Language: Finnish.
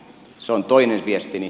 se on toinen viestini